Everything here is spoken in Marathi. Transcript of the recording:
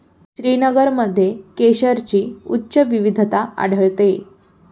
श्रीनगरमध्ये केशरची उच्च विविधता आढळते